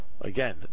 Again